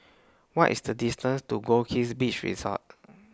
What IS The distance to Goldkist Beach Resort